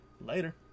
later